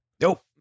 Nope